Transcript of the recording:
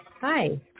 Hi